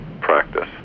practice